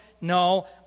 no